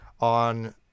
on